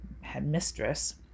headmistress